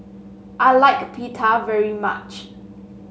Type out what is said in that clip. I like Pita very much